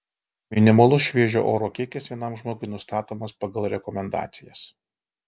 minimalus šviežio oro kiekis vienam žmogui nustatomas pagal rekomendacijas